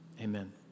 Amen